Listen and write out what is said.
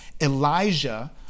Elijah